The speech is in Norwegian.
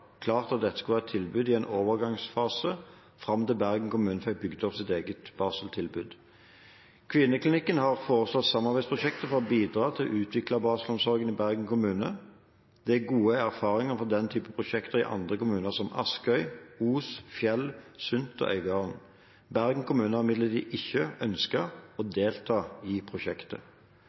klart at dette skulle være et tilbud i en overgangsfase fram til Bergen kommune fikk bygd opp sitt eget barseltilbud. Kvinneklinikken har foreslått samarbeidsprosjektet for å bidra til å utvikle barselomsorgen i Bergen kommune. Det er gode erfaringer fra den type prosjekter i andre kommuner, som Askøy, Os, Fjell, Sund og Øygarden. Bergen kommune har imidlertid ikke ønsket å delta i prosjektet.